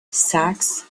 saxe